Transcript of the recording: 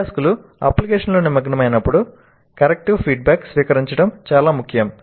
అభ్యాసకులు అప్లికేషన్ లో నిమగ్నమైనప్పుడు కర్రెక్టీవ్ ఫీడ్బ్యాక్ స్వీకరించడం చాలా ముఖ్యం